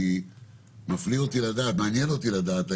כי מעניין אותי לדעת,